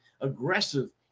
aggressive